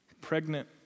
pregnant